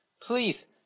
please